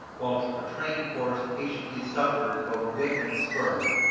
while a trained horse patiently suffers both whip and spur,